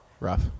Rough